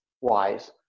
wise